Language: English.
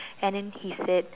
and then he said